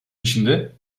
içinde